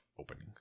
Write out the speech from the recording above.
opening